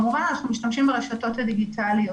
וכמובן אנחנו משתמשים ברשתות הדיגיטליות